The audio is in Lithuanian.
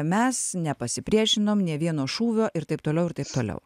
mes nepasipriešinom nė vieno šūvio ir taip toliau ir taip toliau